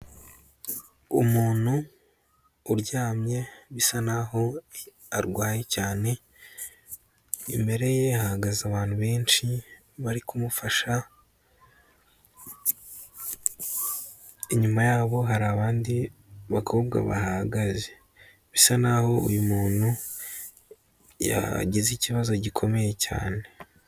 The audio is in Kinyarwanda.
Umuntu uryamye bisa naho arwaye cyane, imbere ye hahagaze abantu benshi bari kumufasha, inyuma yabo hari abandi bakobwa bahahagaze, bisa nkaho yagize ikibazo gikomeye cyane.